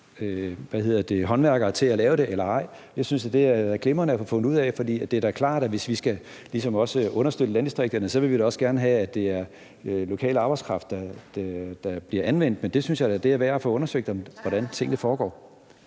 anvender lokale håndværkere til at lave det eller ej. Det synes jeg da er glimrende at finde ud af, for det er da klart, at hvis vi ligesom også skal understøtte landdistrikterne, vil vi da gerne have, at det er lokal arbejdskraft, der bliver anvendt. Men det synes jeg da er værd at få undersøgt, altså hvordan tingene foregår.